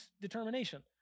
determination